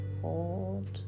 Hold